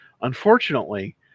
unfortunately